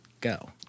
Go